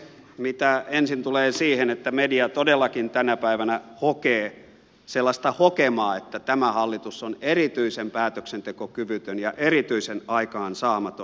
mitä ensin tulee siihen että media todellakin tänä päivänä hokee sellaista hokemaa että tämä hallitus on erityisen päätöksentekokyvytön ja erityisen aikaansaamaton